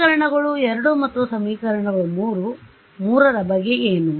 ಸಮೀಕರಣಗಳು 2 ಮತ್ತು ಸಮೀಕರಣಗಳು 3 ಬಗ್ಗೆ ಏನು